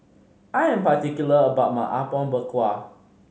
I am particular about my Apom Berkuah